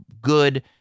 good